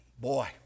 boy